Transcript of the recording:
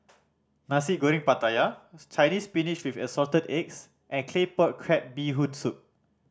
Nasi Goreng Pattaya Chinese Spinach with Assorted Eggs and Claypot Crab Bee Hoon Soup